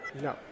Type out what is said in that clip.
No